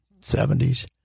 Seventies